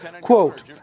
Quote